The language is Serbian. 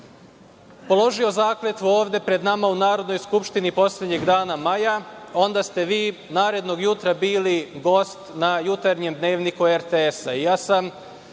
položio zakletvu ovde pred nama u Narodnoj skupštini, poslednjeg dana maja, onda ste vi narednog jutra bili gost na Jutarnjem dnevniku RTS-a.